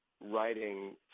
writing